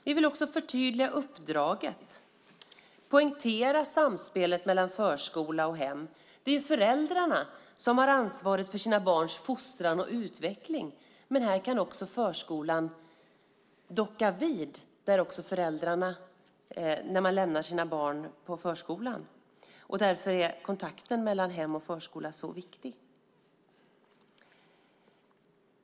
Vi vill också förtydliga uppdraget och poängtera samspelet mellan förskola och hem. Det är föräldrarna som har ansvaret för sina barns fostran och utveckling, men här kan förskolan docka vid när föräldrarna lämnar sina barn på förskolan. Därför är kontakten mellan hem och förskola viktig.